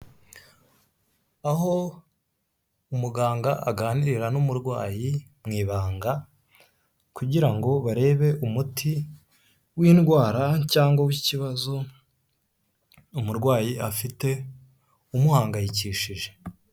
Aho umuganga aganirarira n'umurwayi mu ibanga kugira ngo barebe umuti w'indwara cyangwa w'ikibazo umurwayi afite umuhangayikishije.